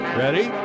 Ready